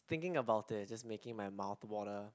thinking about it is just making my mouth water